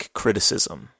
criticism